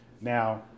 Now